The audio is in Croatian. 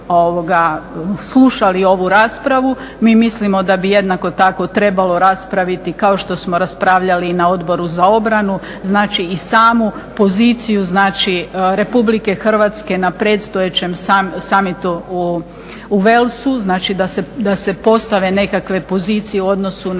slušali ovu raspravu mi mislimo da bi jednako tako trebalo raspraviti kao što smo raspravljali i na Odboru za obranu, znači i samu poziciju, znači Republike Hrvatske na predstojećem sumitu u Welsu. Znači da se postave nekakve pozicije u odnosu na